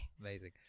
Amazing